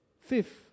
Fifth